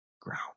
ground